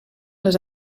les